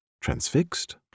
transfixed